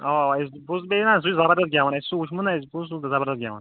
اوا اوا پوز بٮ۪ہوٕنہ حظ سُہ چھُ زَبردَست گٮ۪وَان اَسہِ چھُ سُہ وٕچھمُت سُہ چھُ زَبردست گٮ۪وَان